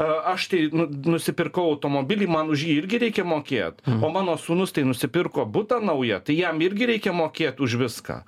aš tai nu nusipirkau automobilį man už jį irgi reikia mokėt o mano sūnus tai nusipirko butą naują tai jam irgi reikia mokėt už viską